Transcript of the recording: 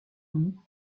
louis